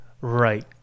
Right